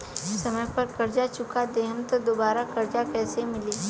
समय पर कर्जा चुका दहम त दुबाराकर्जा कइसे मिली?